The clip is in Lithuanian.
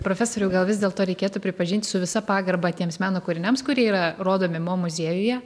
profesoriau gal vis dėlto reikėtų pripažinti su visa pagarba tiems meno kūriniams kurie yra rodomi mo muziejuje